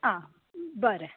आं बरें